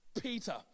Peter